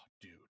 dude